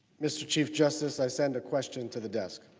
mr. chief justice i sent the question to the task.